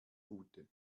gute